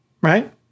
right